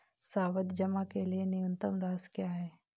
सावधि जमा के लिए न्यूनतम राशि क्या है?